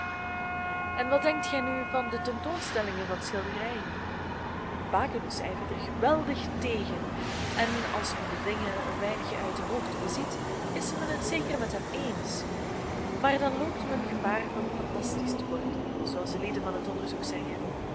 en wat denkt gij nu van de tentoonstellingen van schilderijen baculus ijvert er geweldig tegen en als men de dingen een weinigjen uit de hoogte beziet is men het zeker met hem eens maar dan loopt men gevaar van fantastisch te worden zooals de lieden van het onderzoek zeggen